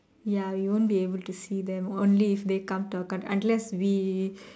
ya we won't be able to see them only if they come to our country unless we